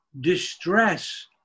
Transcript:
distress